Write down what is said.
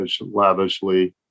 lavishly